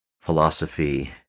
philosophy